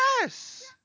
Yes